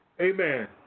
Amen